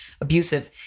abusive